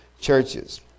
churches